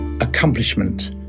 Accomplishment